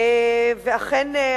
אכן,